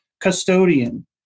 custodian